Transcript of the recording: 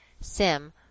sim